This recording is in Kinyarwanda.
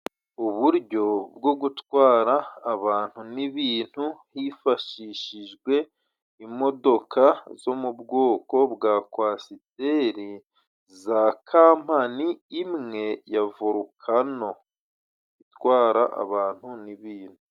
Uburyo bwo gutwara abantu n'ibintu，hifashishijwe imodoka zo mu bwoko bwa kwasiteri za kampani imwe yavorukano itwara abantu n'ibintu.